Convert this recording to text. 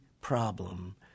problem